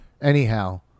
Anyhow